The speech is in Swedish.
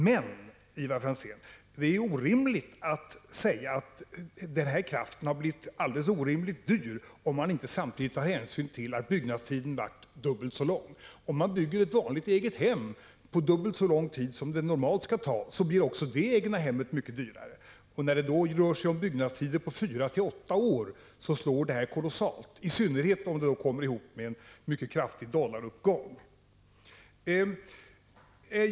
Men det är, Ivar Franzén, inte rätt att säga att kraften i fråga blivit orimligt dyr — om man inte samtidigt tar hänsyn till att byggnadstiden blev dubbelt så lång som beräknat. Om man bygger ett vanligt egnahem på dubbelt så lång tid som det normalt skall ta, blir också egnahemmet betydligt dyrare än det borde bli. När det rör sig, som här, om byggnadstider på fyra—-åtta år slår en förlängning kolossalt hårt, i synnerhet om den sker samtidigt med en mycket kraftig dollaruppgång.